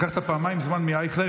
לקחת פעמיים זמן מאייכלר.